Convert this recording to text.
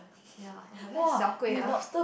ya very ah